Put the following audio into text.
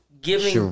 giving